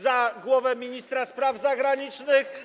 Za głowę ministra spraw zagranicznych?